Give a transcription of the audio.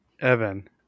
Evan